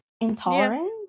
Intolerant